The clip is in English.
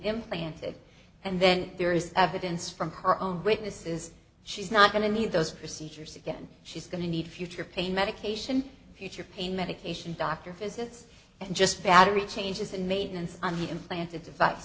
implanted and then there is evidence from her own witnesses she's not going to need those procedures again she's going to need future pain medication future pain medications doctor visits and just battery changes and maintenance on the implanted